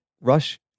Rush